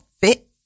fit